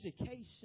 education